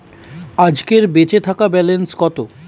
আজকের বেচে থাকা ব্যালেন্স কত?